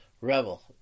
rebel